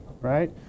right